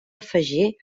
afegir